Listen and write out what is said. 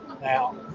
Now